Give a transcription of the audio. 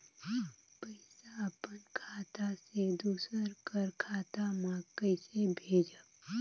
पइसा अपन खाता से दूसर कर खाता म कइसे भेजब?